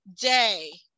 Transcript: day